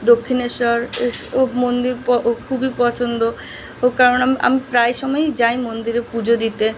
দক্ষিণেশ্বর ও মন্দির প ও খুবই পছন্দ ও কারণ আমি আমি প্রায় সময়ই যাই মন্দিরে পুজো দিতে